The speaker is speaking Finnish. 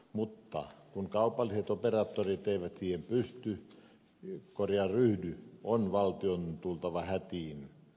mutta kun kaupalliset operaattorit eivät siihen ryhdy on valtion tultava hätiin